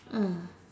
mm